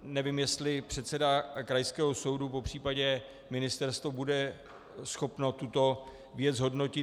Nevím, jestli předseda krajského soudu, popř. ministerstvo bude schopno tuto věc zhodnotit.